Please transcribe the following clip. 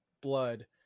blood